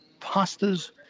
pastas